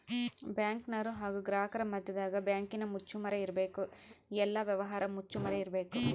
ಬ್ಯಾಂಕಿನರು ಹಾಗು ಗ್ರಾಹಕರ ಮದ್ಯದಗ ಬ್ಯಾಂಕಿನ ಮುಚ್ಚುಮರೆ ಇರಬೇಕು, ಎಲ್ಲ ವ್ಯವಹಾರ ಮುಚ್ಚುಮರೆ ಇರಬೇಕು